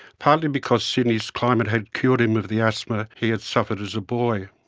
partly because sydney's climate had cured him of the asthma he had suffered as a boy.